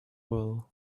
wool